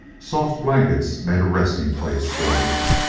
soft blankets made a resting place for him.